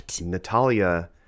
Natalia